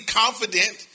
confident